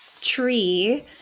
tree